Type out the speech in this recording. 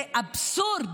זה אבסורד.